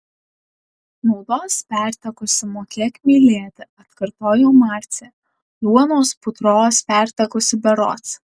naudos pertekusi mokėk mylėti atkartojo marcė duonos putros pertekusi berods